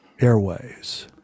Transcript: Airways